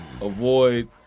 avoid